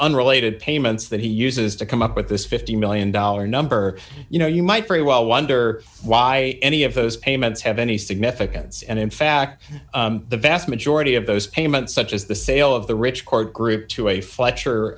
unrelated payments that he uses to come up with this fifty million dollar number you know you might very well wonder why any of those payments have any significance and in fact the vast majority of those payments such as the sale of the rich court group to a fletcher